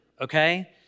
okay